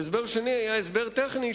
ההסבר השני היה הסבר טכני,